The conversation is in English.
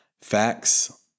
facts